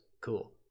Cool